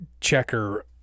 checker